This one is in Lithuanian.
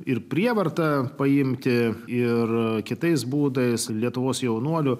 ir prievarta paimti ir kitais būdais lietuvos jaunuolių